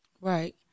Right